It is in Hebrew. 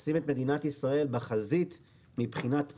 לשים את מדינת ישראל בחזית מבחינת מו"פ.